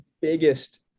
biggest